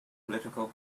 political